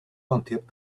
untaped